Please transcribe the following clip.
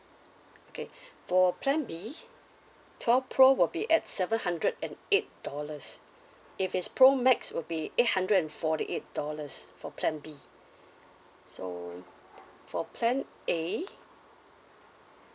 okay for plan B twelve pro will be at seven hundred and eight dollars if it's pro max will be eight hundred and forty eight dollars for plan B so for plan A